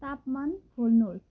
तापमान खोल्नुहोस्